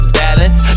balance